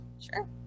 Sure